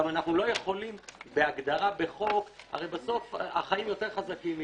אנחנו לא יכולים בהגדרה בחוק הרי בסוף החיים יותר חזקים מאיתנו.